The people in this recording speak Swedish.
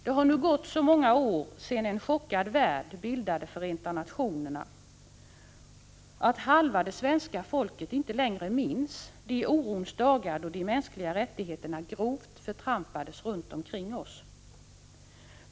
Det har nu gått så många år sedan en chockad värld bildade Förenta nationerna att halva svenska folket inte längre minns de orons dagar då de mänskliga rättigheterna grovt förtrampades runt omkring oss.